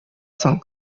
соң